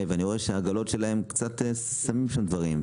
ואני רואה שהעגלות שלהם קצת שמים שם דברים,